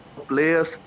players